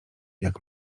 jak